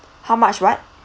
how much what